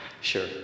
sure